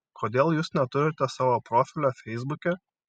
kodėl jūs neturite savo profilio feisbuke